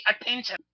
attention